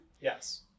Yes